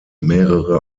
mehrere